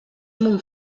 mon